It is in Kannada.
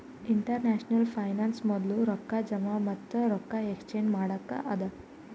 ಇಂಟರ್ನ್ಯಾಷನಲ್ ಫೈನಾನ್ಸ್ ಮೊದ್ಲು ರೊಕ್ಕಾ ಜಮಾ ಮತ್ತ ರೊಕ್ಕಾ ಎಕ್ಸ್ಚೇಂಜ್ ಮಾಡಕ್ಕ ಅದಾ